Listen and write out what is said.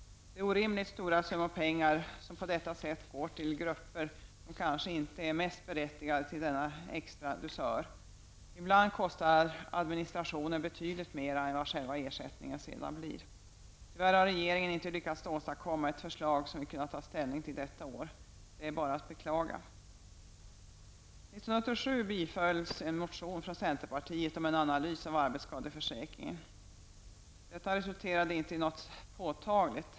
Det är orimligt stora summor pengar som på detta sätt går ut till grupper som kanske inte är de mest berättigade till denna extra dusör. Ibland kostar administrationen betydligt mer än vad själva ersättningen därefter uppgår till. Tyvärr har regeringen inte lyckats åstadkomma ett förslag som vi har kunnat ta ställning till i år. Det är bara att beklaga. År 1987 bifölls en motion från centerpartiet om en analys av arbetsskadeförsäkringen. Detta resulterade dock inte i något påtagligt.